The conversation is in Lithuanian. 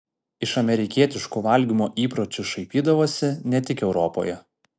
iš amerikietiškų valgymo įpročių šaipydavosi ne tik europoje